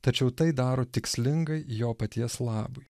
tačiau tai daro tikslingai jo paties labui